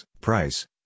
price